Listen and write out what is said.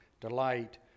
delight